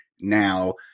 now